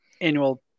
annual